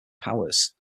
powers